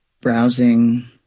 browsing